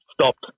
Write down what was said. stopped